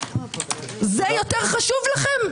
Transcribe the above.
זה יותר חשוב לכם?